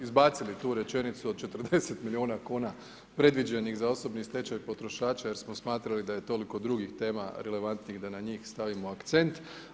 izbacili tu rečenicu od 40 milijuna kuna predviđenih za osobni stečaj potrošača jer smo smatrali da toliko drugih tema relevantnijih da na njih stavimo akcent.